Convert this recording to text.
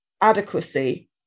adequacy